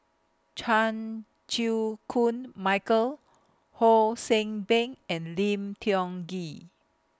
Chan Chew Koon Michael Ho See Beng and Lim Tiong Ghee